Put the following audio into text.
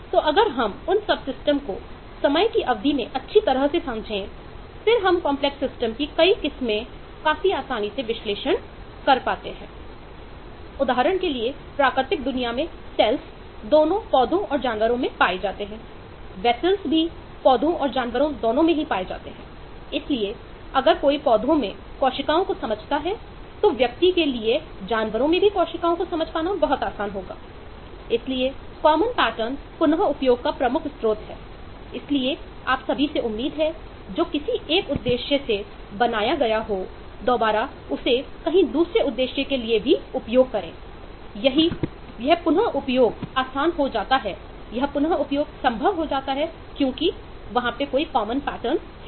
तो अगर हम उन सबसिस्टम को समय की अवधि में अच्छी तरह से समझें फिर हम कॉम्प्लेक्स सिस्टम हैं